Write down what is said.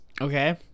Okay